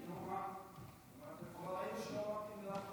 עם הזמן יהיו לי האנרגיות